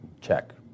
check